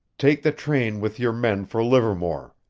take the train with your men for livermore.